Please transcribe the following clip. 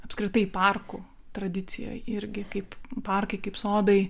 apskritai parkų tradicijoj irgi kaip parkai kaip sodai